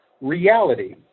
Reality